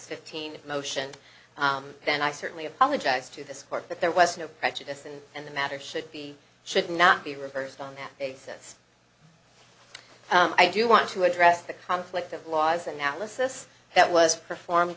fifteen motions then i certainly apologize to this court that there was no prejudice and and the matter should be should not be reversed on that basis i do want to address the conflict of laws analysis that was performed